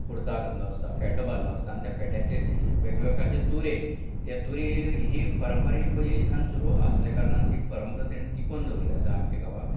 कुर्ता घातलो आसता फेटो बांदलो आसता आनी त्या फेट्याचेर वेगवेगळे तुरें ते तुरें ही पारंपरा ही पयलीं सावन सुरू आसलें कारणान ती परंपरा तेंणी तिगोवन दवरिल्ली आसा आमच्या गांवांक